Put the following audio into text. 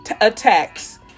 attacks